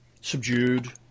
subdued